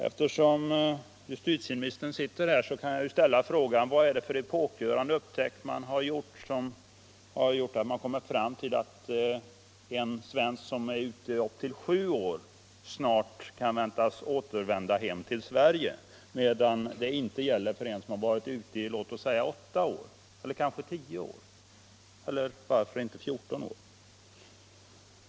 Eftersom justitieministern sitter här kan jag ställa frågan: Vad är det för epokgörande upptäckt som gjort att man kommit fram till att en svensk som är ute upp till sju år snart kan väntas återvända hem till Sverige medan det inte gäller för en som varit ute i låt oss säga åtta, eller kanske tio eller varför inte fjorton år?